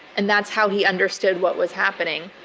and that's how he understood what was happening.